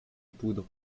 poudre